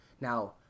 Now